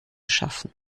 schaffen